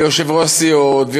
ויושבי-ראש הסיעות,